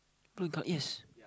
blue god yes